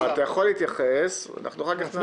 אתה יכול להתייחס ואחר כך אנחנו נאשר.